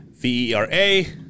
V-E-R-A